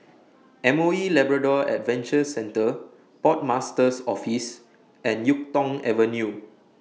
M O E Labrador Adventure Centre Port Master's Office and Yuk Tong Avenue